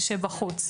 בחוץ.